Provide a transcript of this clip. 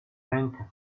rękę